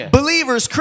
believers